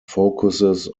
focuses